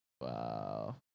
Wow